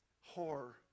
horror